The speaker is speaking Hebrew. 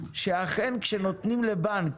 שאכן כשנותנים לבנק